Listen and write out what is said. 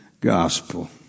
gospel